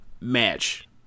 match